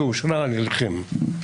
שאושמע על ידכם.